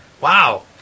wow